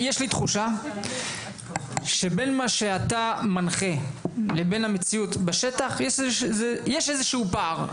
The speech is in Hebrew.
תחושה שבין מה שאתה מנחה לבין המציאות בשטח יש איזשהו פער,